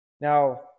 Now